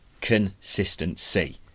consistency